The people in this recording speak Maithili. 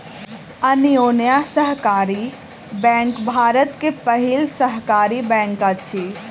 अन्योन्या सहकारी बैंक भारत के पहिल सहकारी बैंक अछि